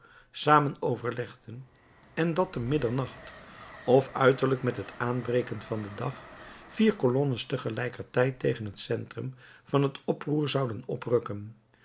samen overlegden en dat te middernacht of uiterlijk met het aanbreken van den dag vier colonnes tegelijkertijd tegen het centrum van het oproer zouden oprukken